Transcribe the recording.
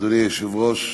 אדוני היושב-ראש,